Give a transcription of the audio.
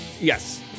Yes